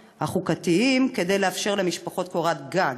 החוקתיים כדי לאפשר למשפחות קורת גג.